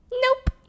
Nope